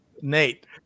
Nate